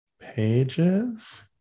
pages